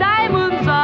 Diamonds